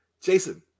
Jason